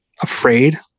afraid